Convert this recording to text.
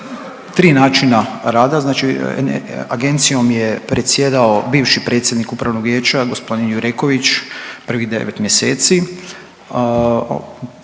3 načina rada, znači Agencijom je predsjedao bivši predsjednik Upravnog vijeća g. Jureković, prvih 9 mjeseci,